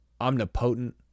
omnipotent